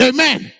Amen